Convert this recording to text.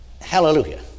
Hallelujah